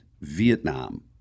Vietnam